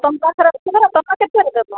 ତୁମ ପାଖରେ ଅଛି ପରା ତୁମେ କେତେରେ ଦେବ